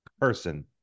person